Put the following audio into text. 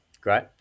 Great